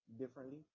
differently